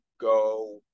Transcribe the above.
go